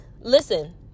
listen